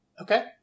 Okay